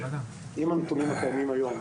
עם הנתונים הקיימים היום,